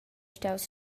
staus